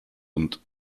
und